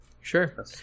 sure